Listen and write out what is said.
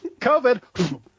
COVID